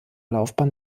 laufbahn